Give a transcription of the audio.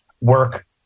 work